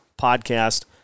podcast